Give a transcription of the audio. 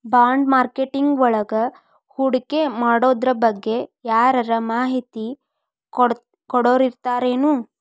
ಬಾಂಡ್ಮಾರ್ಕೆಟಿಂಗ್ವಳಗ ಹೂಡ್ಕಿಮಾಡೊದ್ರಬಗ್ಗೆ ಯಾರರ ಮಾಹಿತಿ ಕೊಡೊರಿರ್ತಾರೆನು?